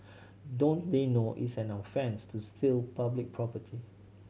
don't they know it's an offence to steal public property